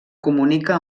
comunica